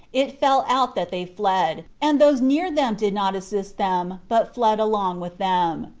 it fell out that they fled, and those near them did not assist them, but fled along with them.